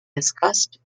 discussed